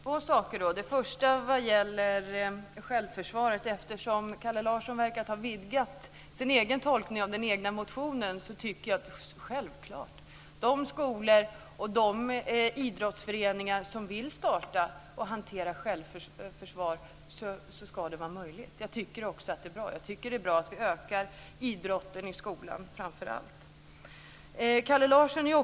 Fru talman! Två saker. Den första gäller självförsvaret. Eftersom Kalle Larsson verkar ha vidgat sin tolkning av den egna motionen, vill jag säga: Självklart! För de skolor och idrottsföreningar som vill starta och genomföra själförsvarsträning ska detta vara möjligt. Jag tycker också att det är bra att idrotten utökas, framför allt i skolan.